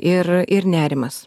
ir ir nerimas